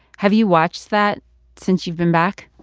have you watched that since you've been back?